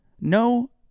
no